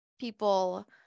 people